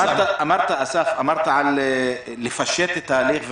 אסף, אמרת לפשט את ההליך.